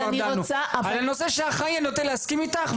בנושא האחראי אני נוטה להסכים איתך.